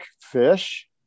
fish